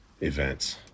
events